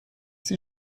sie